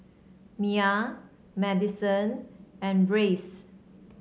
Mai Madison and Reece